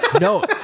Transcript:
no